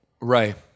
Right